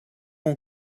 mon